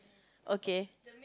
okay